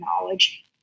knowledge